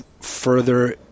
further